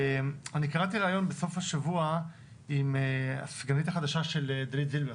אני קראתי ראיון בסוף השבוע עם הסגנית החדשה של דלית זילבר,